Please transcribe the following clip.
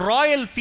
Royal